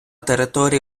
території